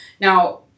Now